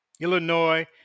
Illinois